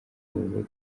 ubu